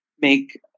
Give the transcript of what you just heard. make